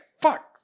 fuck